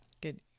good